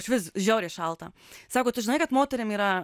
išvis žiauriai šalta sako tu žinai kad moterim yra